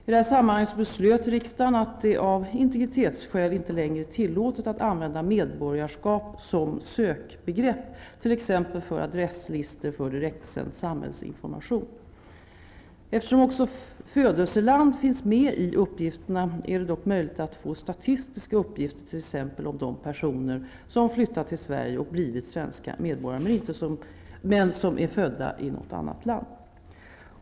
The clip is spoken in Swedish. I detta sammanhang beslöt riksdagen att det -- av integritetsskäl -- inte längre är tillåtet att använda medborgarskap som sökbegrepp t.ex. för adresslistor för direktsänd samhällsinformation. Eftersom också födelseland finns med i uppgifterna är det dock möjligt att få statistiska uppgifter t.ex. om de personer som flyttat till Sverige och blivit svenska medborgare men som är födda i något annat land.